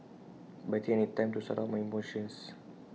but I think I need time to sort out my emotions